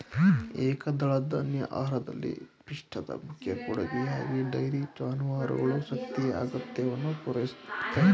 ಏಕದಳಧಾನ್ಯ ಆಹಾರದಲ್ಲಿ ಪಿಷ್ಟದ ಮುಖ್ಯ ಕೊಡುಗೆಯಾಗಿ ಡೈರಿ ಜಾನುವಾರುಗಳ ಶಕ್ತಿಯ ಅಗತ್ಯವನ್ನು ಪೂರೈಸುತ್ತೆ